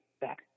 back